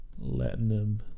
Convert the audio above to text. Latinum